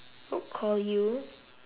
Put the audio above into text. c~ call you